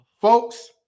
Folks